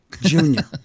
Junior